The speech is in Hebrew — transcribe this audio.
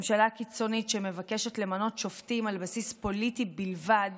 ממשלה קיצונית שמבקשת למנות שופטים על בסיס פוליטי בלבד